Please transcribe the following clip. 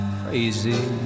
crazy